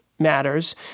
matters